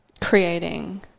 creating